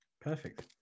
perfect